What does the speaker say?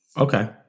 okay